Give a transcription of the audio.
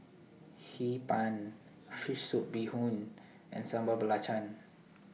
Hee Pan Fish Soup Bee Hoon and Sambal Belacan